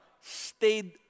stayed